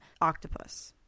octopus